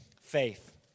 faith